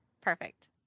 Perfect